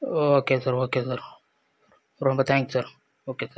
okay sir okay sir ரொம்ப thanks sir okay sir